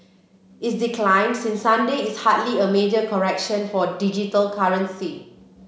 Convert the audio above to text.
its decline since Sunday is hardly a major correction for digital currency